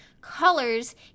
Colors